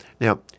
Now